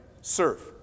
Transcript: Serve